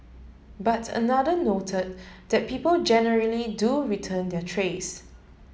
but another noted that people generally do return their trays